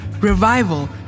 revival